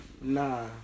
Nah